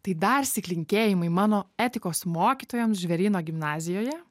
tai darsyk linkėjimai mano etikos mokytojoms žvėryno gimnazijoje